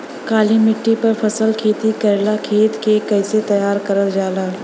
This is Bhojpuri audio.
काली मिट्टी पर फसल खेती करेला खेत के कइसे तैयार करल जाला?